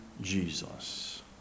Jesus